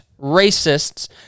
racists